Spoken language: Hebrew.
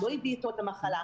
לא הביא אתו את המחלה,